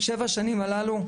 שבע שנים הללו,